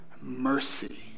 mercy